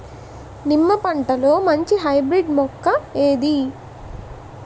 నిమ్మ పంటలో మంచి హైబ్రిడ్ మొక్క ఏది?